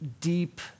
deep